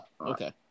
okay